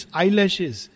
eyelashes